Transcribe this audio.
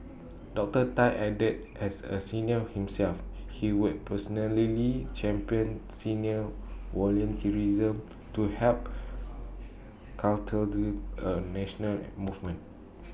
Doctor Tan added as A senior himself he will personally champion senior volunteerism to help A national movement